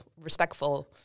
respectful